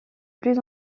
plus